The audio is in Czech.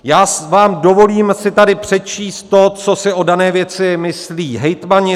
Já si vám dovolím tady přečíst to, co si o dané věci myslí hejtmani.